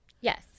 yes